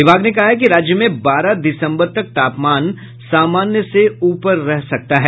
विभाग ने कहा है कि राज्य में बारह दिसंबर तक तापमान सामान्य से ऊपर रह सकता है